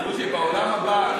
בוז'י, בעולם הבא.